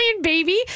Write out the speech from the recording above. baby